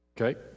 Okay